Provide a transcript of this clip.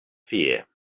fear